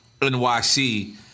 NYC